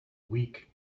week